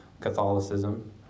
Catholicism